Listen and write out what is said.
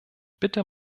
bitte